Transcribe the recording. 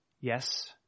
Yes